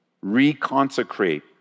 reconsecrate